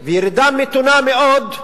וירידה מתונה מאוד,